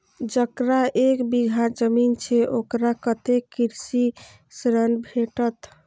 जकरा एक बिघा जमीन छै औकरा कतेक कृषि ऋण भेटत?